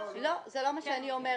לא, זה לא מה שאני אומרת.